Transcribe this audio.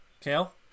Kale